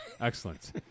Excellent